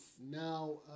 now